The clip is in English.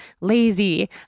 lazy